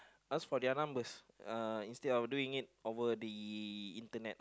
ask for their numbers uh instead of doing it over the internet